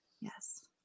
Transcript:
Yes